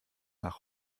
nach